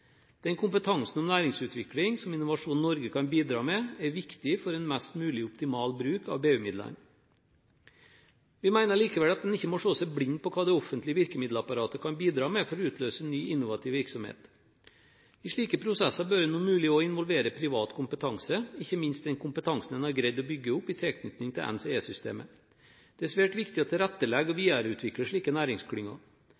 Den kompetansen om næringsutvikling som Innovasjon Norge kan bidra med, er viktig for en mest mulig optimal bruk av BU-midlene. Vi mener likevel at en ikke må se seg blind på hva det offentlige virkemiddelapparatet kan bidra med for å utløse ny innovativ virksomhet. I slike prosesser bør en om mulig også involvere privat kompetanse, ikke minst den kompetansen en har greid å bygge opp i tilknytning til NCE-systemet. Det er svært viktig å tilrettelegge og